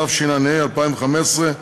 התשע"ה 2015,